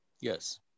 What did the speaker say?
Yes